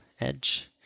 Edge